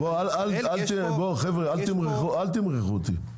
חבר'ה, אל תמרחו אותי.